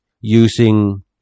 using